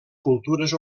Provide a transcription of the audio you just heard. cultures